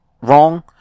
wrong